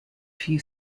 few